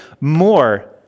more